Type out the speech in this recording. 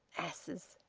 asses!